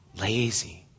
lazy